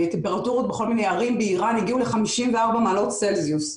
הטמפרטורות בכל מיני ערים באיראן הגיעו ל-54 מעלות צלזיוס.